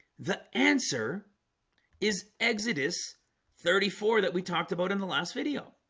the answer is exodus thirty four that we talked about in the last video